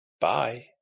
Bye